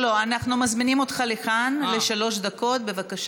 אמרת שנפלה כאן טעות בכתיבה כאן,